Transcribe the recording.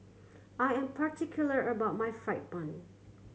I am particular about my fried bun